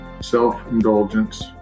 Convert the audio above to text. self-indulgence